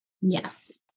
Yes